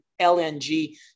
LNG